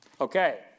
Okay